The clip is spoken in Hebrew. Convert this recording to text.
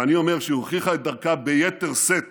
ואני אומר שהיא הוכיחה את דרכה ביתר שאת